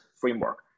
framework